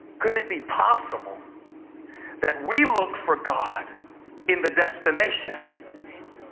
could it be possible that we look for god in the destination